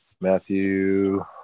Matthew